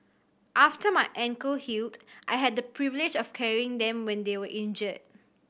after my ankle healed I had the privilege of carrying them when they were injured